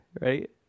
Right